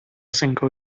single